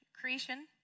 Creation